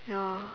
ya